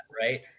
right